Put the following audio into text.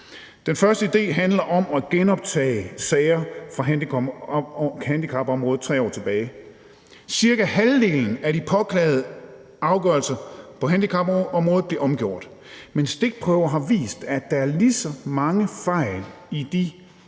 Den første idé handler om at genoptage sager fra handicapområdet 3 år tilbage. Cirka halvdelen af de påklagede afgørelser på handicapområdet bliver omgjort, men stikprøver har vist, at der er lige så mange fejl i de